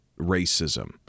racism